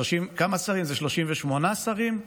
38 שרים?